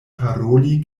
paroli